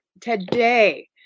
today